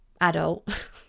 adult